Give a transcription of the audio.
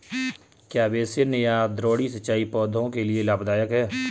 क्या बेसिन या द्रोणी सिंचाई पौधों के लिए लाभदायक है?